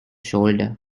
shoulder